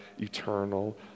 eternal